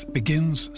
begins